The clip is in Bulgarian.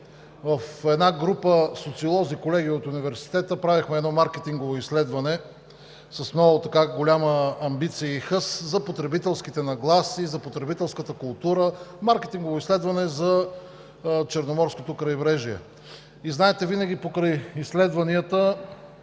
една група социолози – колеги от Университета, правехме едно маркетингово изследване с много голяма амбиция и хъс за потребителските нагласи, за потребителската култура, маркетингово изследване за Черноморското крайбрежие. И знаете, винаги покрай изследванията